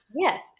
Yes